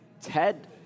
Ted